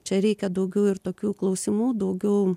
čia reikia daugiau ir tokių klausimų daugiau